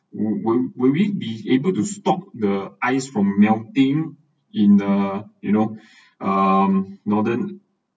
would would will we be able to stop the ice from melting in the you know um northern